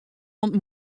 oant